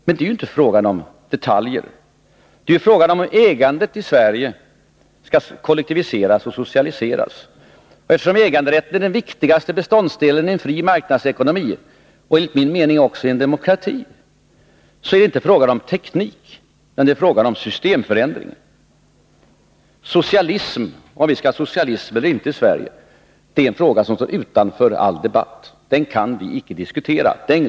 Men det är ju inte fråga om detaljer — det är fråga om huruvida ägandet i Sverige skall kollektiviseras och socialiseras. Eftersom äganderätten är den viktigaste beståndsdelen i en fri marknadsekonomi — och enligt min mening också i en demokrati — är det inte fråga om teknik utan om en systemförändring, om vi skall ha socialism eller inte i Sverige. Det är en fråga som står utanför all debatt. Den kan vi icke diskutera.